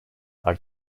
are